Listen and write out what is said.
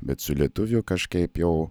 bet su lietuvių kažkaip jau